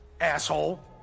asshole